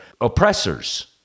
oppressors